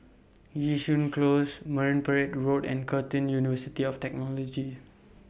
Yishun Close Marine Parade Road and Curtin University of Technology